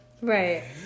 Right